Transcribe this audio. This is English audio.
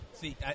See